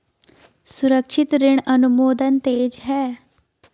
सुरक्षित ऋण अनुमोदन तेज है